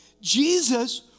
Jesus